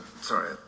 sorry